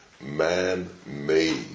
man-made